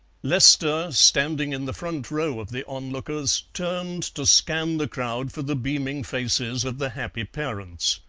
lester, standing in the front row of the onlookers, turned to scan the crowd for the beaming faces of the happy parents.